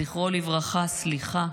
זכרו לברכה, סליחה,